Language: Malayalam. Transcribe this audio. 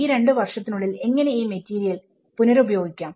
ഈ രണ്ടു വർഷത്തിനുള്ളിൽ എങ്ങനെ ഈ മെറ്റീരിയൽ പുനരുപയോഗിക്കാം